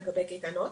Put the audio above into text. לגבי קייטנות,